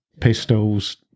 Pistols